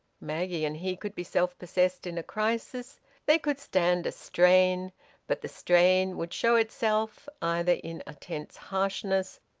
maggie and he could be self-possessed in a crisis they could stand a strain but the strain would show itself either in a tense harshness,